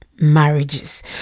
marriages